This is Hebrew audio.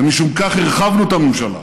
משום כך הרחבנו את הממשלה,